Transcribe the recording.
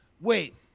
Wait